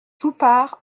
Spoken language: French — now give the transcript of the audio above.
toupart